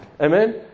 Amen